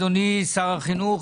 אדוני שר החינוך,